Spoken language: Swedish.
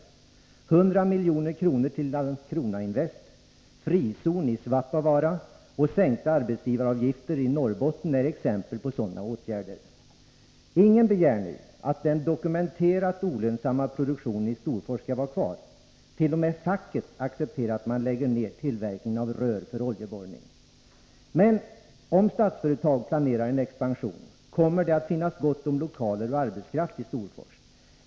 100 milj.kr. till Landskronainvest, frizon i Svappavaara och sänkta arbetsgivaravgifter i Norrbotten är exempel på sådana åtgärder. Ingen begär att den dokumenterat olönsamma produktionen i Storfors skall vara kvar. T. o. m. facket accepterar att man lägger ned tillverkningen av rör för oljeborrning. Om Statsföretag planerar en expansion, kommer det att finnas gott om lokaler och arbetskraft i Storfors.